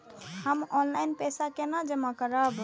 हम ऑनलाइन पैसा केना जमा करब?